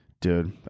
Dude